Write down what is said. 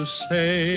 say